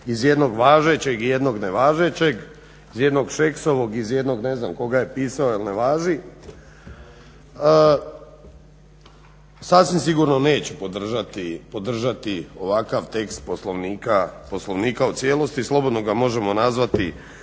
iz jednog važećeg i jednog nevažećeg, iz jednog Šeksovog i iz jednog ne znam tko ga je pisao jer ne važi sasvim sigurno neću podržati ovakav tekst Poslovnika u cijelosti i slobodno ga možemo nazvati